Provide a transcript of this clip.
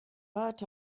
but